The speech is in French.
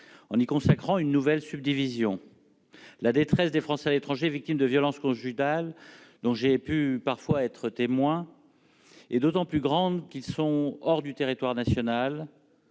en y consacrant une nouvelle subdivision la détresse des Français à l'étranger victimes de violence qu'on juge, donc j'ai pu parfois être témoin, et d'autant plus grande qu'ils sont hors du territoire national,